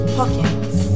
pockets